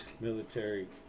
military